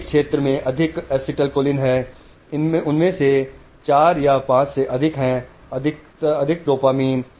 एक क्षेत्र में अधिक एसिटाइलकोलाइन होते है उनमें से 4 या 5 से अधिक प्रकार के होते हैं और सबसे अधिक डोपामाइन है